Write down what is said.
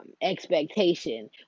expectation